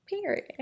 Period